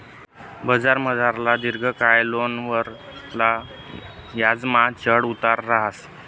बजारमझारला दिर्घकायना लोनवरला याजमा चढ उतार रहास